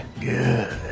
Good